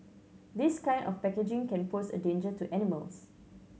this kind of packaging can pose a danger to animals